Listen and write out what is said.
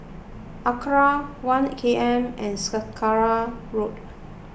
Acra one K M and Saraca Road